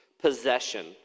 possession